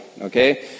Okay